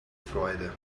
freude